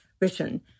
written